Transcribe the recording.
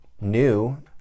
new